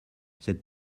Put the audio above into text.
cette